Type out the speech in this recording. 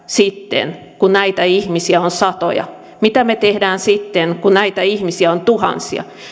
sitten kun näitä ihmisiä on satoja mitä me teemme sitten kun näitä ihmisiä on tuhansia